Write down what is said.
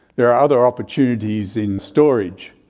there are other opportunities in storage.